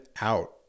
out